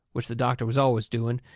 which the doctor was always doing,